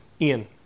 Ian